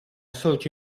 sorge